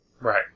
right